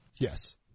Yes